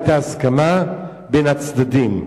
היתה הסכמה בין הצדדים.